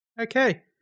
Okay